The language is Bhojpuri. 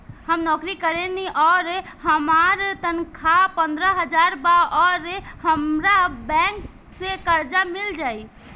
हम नौकरी करेनी आउर हमार तनख़ाह पंद्रह हज़ार बा और हमरा बैंक से कर्जा मिल जायी?